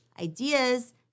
ideas